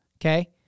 okay